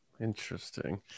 interesting